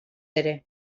ere